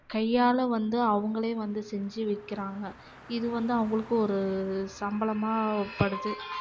கையால் வந்து அவங்களே வந்து செஞ்சு விற்கிறாங்க இது வந்து அவங்களுக்கு ஒரு சம்பளமாக படுது